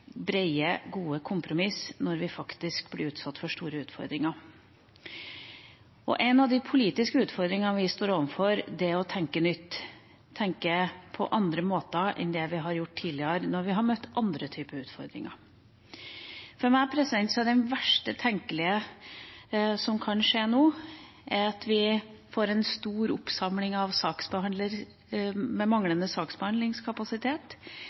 gode kompromiss når vi faktisk blir utsatt for store utfordringer. Og en av de politiske utfordringene vi står overfor, er å tenke nytt, å tenke på andre måter enn det vi har gjort tidligere, når vi har møtt andre typer utfordringer. For meg er det verst tenkelige som kan skje nå, at vi får en stor oppsamling av saker pga. manglende saksbehandlingskapasitet,